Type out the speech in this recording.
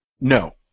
No